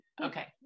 Okay